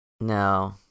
No